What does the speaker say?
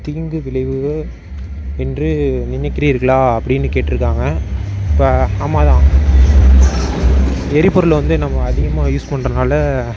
தீங்கு விளையும் என்று நினைக்கிறீர்களா அப்படின்னு கேட்டிருக்காங்க இப்போ ஆமாம் தான் எரிபொருளை வந்து நம்ம அதிகமாக யூஸ் பண்ணறனால